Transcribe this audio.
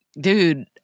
dude